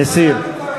משרד החינוך (תנאי שירות,